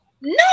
No